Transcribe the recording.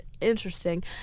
interesting